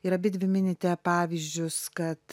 ir abidvi minite pavyzdžius kad